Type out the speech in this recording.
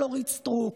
אורית סטרוק,